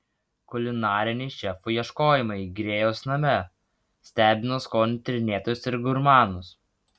kulinariniai šefų ieškojimai grėjaus name stebina skonių tyrinėtojus ir gurmanus